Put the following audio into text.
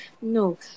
No